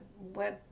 web